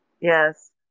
Yes